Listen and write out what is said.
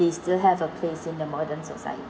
they still have a place in the modern society